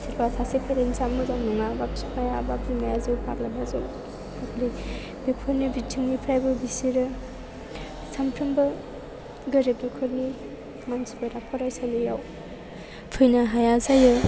सोरबा सासे फोरोंसाया मोजां नङा एबा बिफाया एबा बिमाया जौ फाग्ला जायो बेफोरनि बिथिंनिफ्रायबो बिसोरो सानफ्रोमबो गोरिब न'खरनि मानसिफोरा फरायसालियाव फैनो हाया जायो